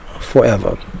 forever